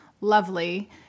lovely